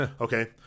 Okay